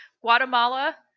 Guatemala